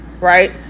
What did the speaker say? Right